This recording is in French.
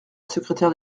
secrétaire